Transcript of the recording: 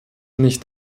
nicht